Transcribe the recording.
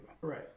Right